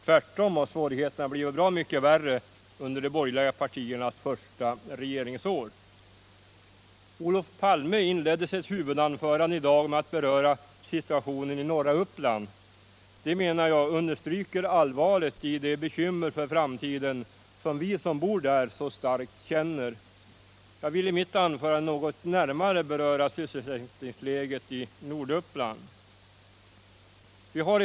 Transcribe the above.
Tvärtom har svårigheterna blivit bra mycket värre under de borgerliga partiernas första regeringsår. Olof Palme inledde sitt huvudanförande i dag med att beröra situationen i norra Uppland. Det understryker, menar jag, allvaret i de bekymmer för framtiden som vi som bor där så starkt känner. Jag vill i mitt anförande något närmare beröra sysselsättningsläget i Norduppland.